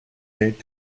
said